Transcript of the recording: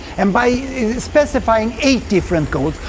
and by specifying eight different goals,